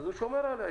הוא שומר עליה,